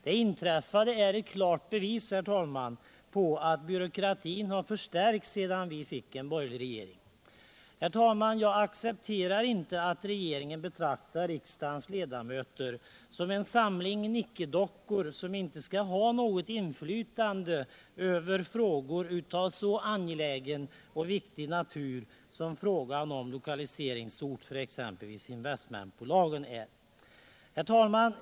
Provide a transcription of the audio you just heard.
Det inträffade är ett klart bevis på att byråkratin har förstärkts sedan vi fick en borgerlig regering. Herr talman! Jag accepterar inte att regeringen betraktar riksdagens ledamöter som en samling nickedockor, som inte skall ha något inflytande över frågor av så angelägen och viktig natur som frågan om lokaliseringsort för exempelvis investmentbolagen är. Herr talman!